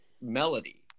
melody